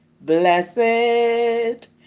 blessed